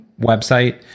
website